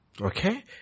okay